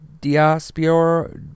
Diaspora